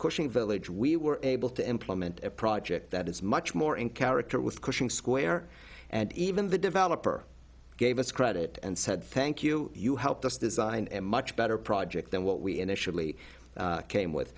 cushing village we were able to implement a project that is much more in character with cushing square and even the developer gave us credit and said thank you you helped us design and much better project than what we initially came with